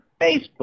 Facebook